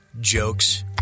jokes